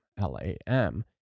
L-A-M